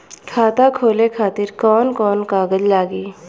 खाता खोले खातिर कौन कौन कागज लागी?